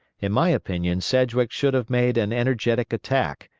in my opinion sedgwick should have made an energetic attack,